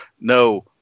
No